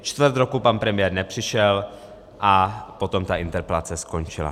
Čtvrt roku pan premiér nepřišel a potom ta interpelace skončila.